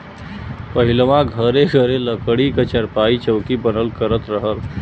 पहिलवां घरे घरे लकड़ी क चारपाई, चौकी बनल करत रहल